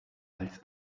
als